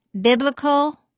biblical